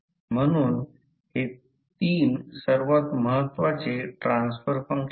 मग हे होईल आणि हे होईल फ्लक्सची दिशा ही आहे मला वाटते की ते मिळाले आहे मी ते बनवीन